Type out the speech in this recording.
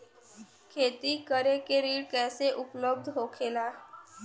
खेती करे के ऋण कैसे उपलब्ध होखेला?